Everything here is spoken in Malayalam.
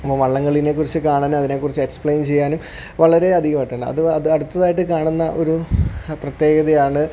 അപ്പം വള്ളംകളിയെ കുറിച്ച് കാണാനും അതിനെ കുറിച്ച് എക്സ്പ്ലെയിൻ ചെയ്യാനും വളരെ അധികമായിട്ടാണ് അതു അത് അടുത്തതായിട്ട് കാണുന്ന ഒരു പ്രത്യേകതയാണ്